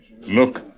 Look